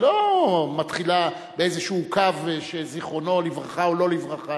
מתחילה באיזשהו קו שזיכרונו לברכה או לא לברכה,